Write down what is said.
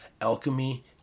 Alchemy